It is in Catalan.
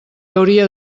hauria